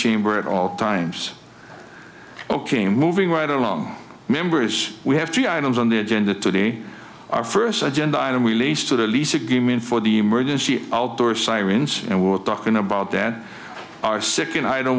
chamber at all times ok moving right along members we have three items on the agenda today our first agenda item we lease to the lease agreement for the emergency outdoor sirens and we're talking about that are sick and i don't